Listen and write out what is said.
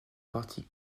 partie